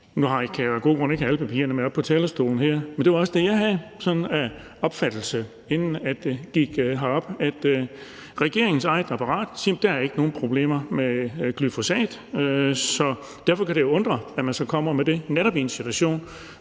have alle papirerne med herop på talerstolen, men det var også den opfattelse, jeg havde, inden jeg gik herop, nemlig at regeringens eget apparat siger, at der ikke er nogen problemer med glyfosat. Så derfor kan det undre, at man så kommer med det netop i en situation,